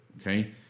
okay